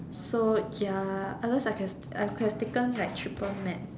so ya others I can I could have taken like triple math